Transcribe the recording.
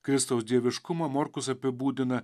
kristaus dieviškumą morkus apibūdina